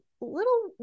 little